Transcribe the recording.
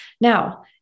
Now